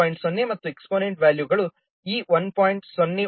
0 ಮತ್ತು ಎಕ್ಸ್ಪೋನೆಂಟ್ ವ್ಯಾಲ್ಯೂಗಳು E 1